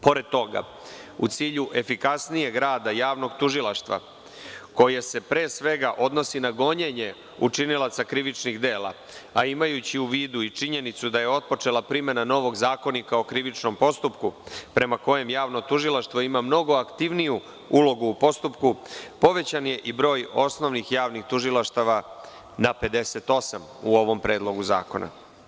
Pored toga, u cilju efikasnijeg rada javnog tužilaštva koje se pre svega odnosi na gonjenje učinilaca krivičnih dela, a imajući u vidu i činjenicu da je otpočela primena novog Zakonika o krivičnom postupku prema kojem javno tužilaštvo ima mnogo aktivniju ulogu u postupku, povećan je broj osnovnih, javnih tužilaštava na 58 u ovom predlogu zakona.